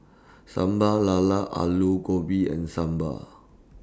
Sambal Lala Aloo Gobi and Sambal